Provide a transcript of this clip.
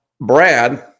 brad